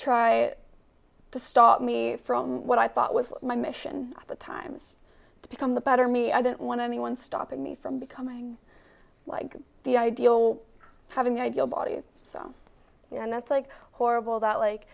try to stop me from what i thought was my mission at the times to become the better me i didn't want anyone stopping me from becoming like the ideal having the ideal body so that's like horrible that like